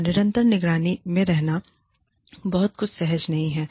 और निरंतर निगरानी में रहना बहुत कुछ सहज नहीं है